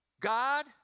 God